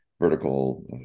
Vertical